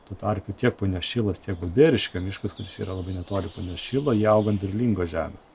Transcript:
tuo tarpu tiek punios šilas tiek balbieriškio miškas kuris yra labai netoli punios šilo jie auga ant derlingos žemės